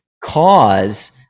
cause